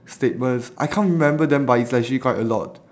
statements I can't remember them but it's actually quite a lot